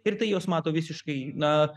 ir tai jos mato visiškai na